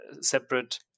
separate